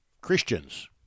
Christians